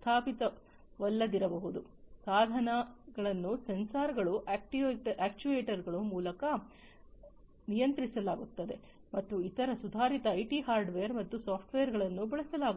ಸ್ಥಾಪಿತವಾಗಿಲ್ಲದಿರಬಹುದು ಸಾಧನಗಳನ್ನು ಸೆನ್ಸಾರ್ಗಳು ಅಕ್ಚುಯೆಟರ್ಗಳ ಮೂಲಕ ನಿಯಂತ್ರಿಸಲಾಗುತ್ತದೆ ಮತ್ತು ಇತರ ಸುಧಾರಿತ ಐಟಿ ಹಾರ್ಡ್ವೇರ್ ಮತ್ತು ಸಾಫ್ಟ್ವೇರ್ಗಳನ್ನು ಬಳಸಲಾಗುತ್ತದೆ